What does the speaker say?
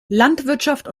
landwirtschaft